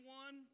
one